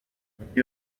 undi